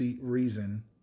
reason